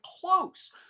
close